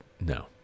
no